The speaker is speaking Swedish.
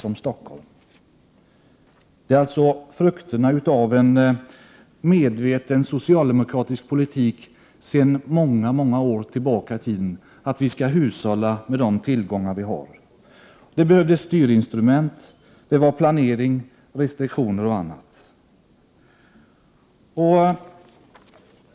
Vi ser alltså här frukterna av en medveten socialdemokratisk politik sedan många år tillbaka, att vi skall hushålla med de tillgångar vi har. Det behövdes styrinstrument — planering, restriktioner och annat.